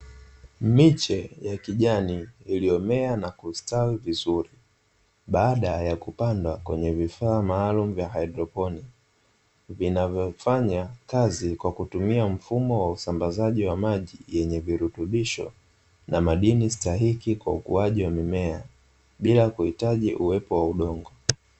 Miche ya kijani iliyomea na kusitawi vizuri baada ya kupandwa kwenye vifaa maalumu vya haidroponi, vinavyofanya kazi kwa kutumia mfumo wa usambazaji wa maji yenye virutubisho, na madini stahiki kwa ukuaji wa mimea, bila kuhitaji uwepo wa udongo.